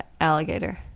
alligator